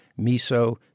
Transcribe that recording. miso